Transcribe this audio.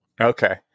Okay